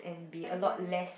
I guess